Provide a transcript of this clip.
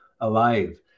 alive